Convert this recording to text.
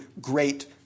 great